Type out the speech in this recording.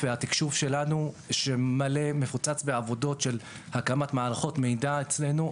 התקשוב שלנו שמפוצץ בעבודות של הקמת מערכות מידע אצלנו.